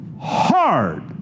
hard